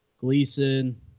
Gleason